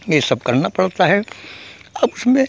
यह सब करना पड़ता है अब उसमें